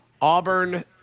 Auburn